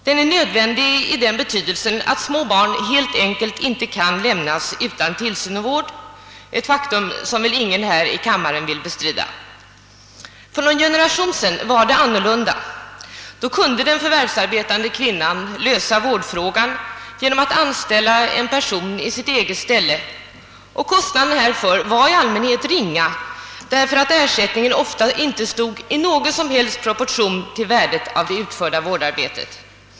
Den är nödvändig därför att små barn helt enkelt inte kan lämnas utan tillsyn och vård — ett faktum som väl ingen i kammaren vill bestrida. För någon generation sedan var det annorlunda. Då kunde den förvärvsarbetande kvinnan lösa vårdfrågan genomatt anställa en person. för barntillsyn, och kostnaden därför var i. all mänhet ringa på grund av att ersättningen oftast inte stod i mågon som helst proportion till det utförda vårdarbetet.